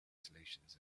solutions